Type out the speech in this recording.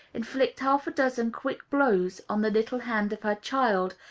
inflict half-a-dozen quick blows on the little hand of her child,